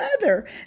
weather